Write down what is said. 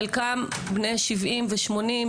שחלקם בני 70 או 80,